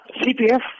CPF